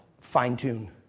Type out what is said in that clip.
Fine-tune